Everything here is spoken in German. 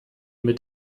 mit